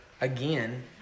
again